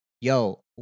yo